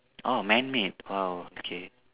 orh man made !wow! okay